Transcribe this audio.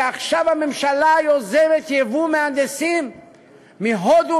שעכשיו הממשלה יוזמת ייבוא מהנדסים מהודו